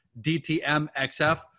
DTMXF